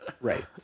right